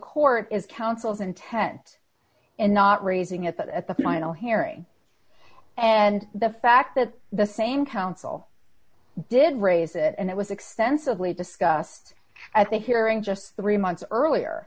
court is counsel's intent in not raising at that at the final hearing and the fact that the same counsel did raise it and it was extensively discussed at the hearing just three months earlier